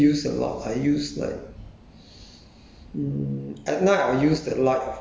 among whatever you're using cause I don't really use a lot I use like